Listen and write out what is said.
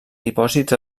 dipòsits